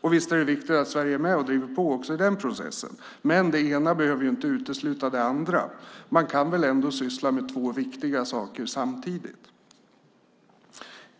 Och visst är det viktigt att Sverige är med och driver på också i den processen, men det ena behöver inte utesluta det andra. Man kan väl syssla med två viktiga saker samtidigt.